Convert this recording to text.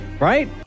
right